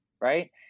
right